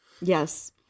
Yes